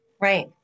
right